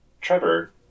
Trevor